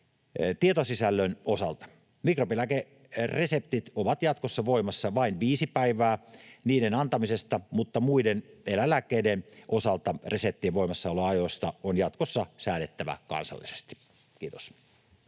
tietosisällön osalta. Mikrobilääkereseptit ovat jatkossa voimassa vain viisi päivää niiden antamisesta, mutta muiden eläinlääkkeiden osalta reseptien voimassaoloajoista on jatkossa säädettävä kansallisesti. — Kiitos.